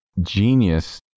genius